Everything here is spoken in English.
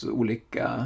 olika